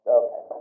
okay